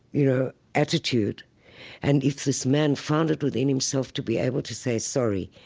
you know, attitude and if this man found it within himself to be able to say sorry,